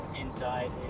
inside